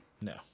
No